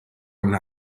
una